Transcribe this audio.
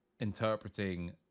interpreting